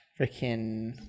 Freaking